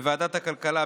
בוועדת הכלכלה,